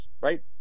right